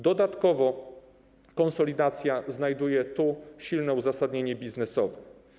Dodatkowo konsolidacja znajduje tu silne uzasadnienie biznesowe.